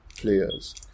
players